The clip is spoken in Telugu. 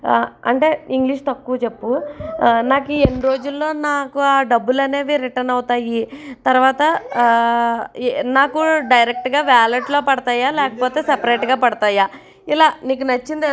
అంటే ఇంగ్లీష్ తక్కువ చెప్పు నాకు ఎన్ రోజులలో నాకు ఆ డబ్బులు అనేది రిటర్న్ అవుతాయి తర్వాత ఎ నాకు డైరెక్ట్గా వ్యాలెట్లో పడతాయా లేకపోతే సపరేట్గా పడతాయా ఇలా నీకు నచ్చింది